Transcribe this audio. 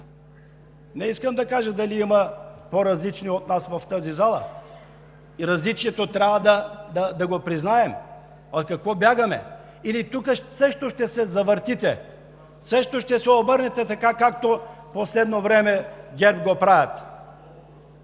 Не искам да кажа дали има в тази зала по-различни от нас, а различието трябва да го признаем. От какво бягаме, или тук също ще се завъртите, също ще се обърнете така, както в последно време ГЕРБ го правят?